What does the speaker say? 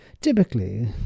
Typically